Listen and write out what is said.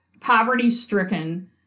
poverty-stricken